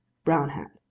brown hat.